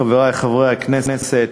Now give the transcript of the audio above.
חברי חברי הכנסת,